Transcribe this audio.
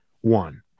one